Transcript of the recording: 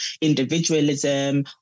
individualism